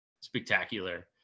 spectacular